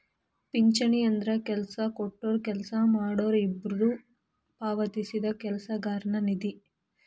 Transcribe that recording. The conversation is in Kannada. ಪಿಂಚಣಿ ಅಂದ್ರ ಕೆಲ್ಸ ಕೊಟ್ಟೊರು ಕೆಲ್ಸ ಮಾಡೋರು ಇಬ್ಬ್ರು ಪಾವತಿಸಿದ ಕೆಲಸಗಾರನ ನಿಧಿ